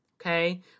Okay